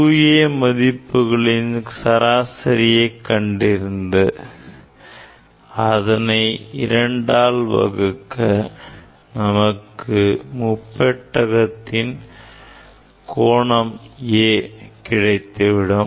2A மதிப்புகளின் சராசரியை கண்டறிந்து அதனை இரண்டால் வகுக்க நமக்கு முப்பெட்டகத்தின் கோணம் A கிடைத்துவிடும்